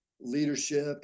leadership